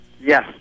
Yes